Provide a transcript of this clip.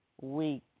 week